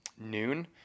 noon